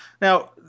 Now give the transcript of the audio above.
now